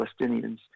Palestinians